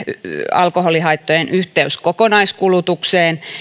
alkoholihaittojen yhteys kokonaiskulutukseen